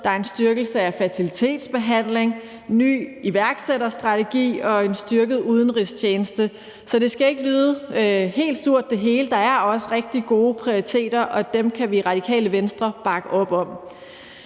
der er en styrkelse af fertilitetsbehandlingen, en ny iværksætterstrategi og en styrket udenrigstjeneste, så det hele skal ikke lyde helt sort, for der er også rigtig gode prioriteter, og dem kan vi i Radikale Venstre bakke op om.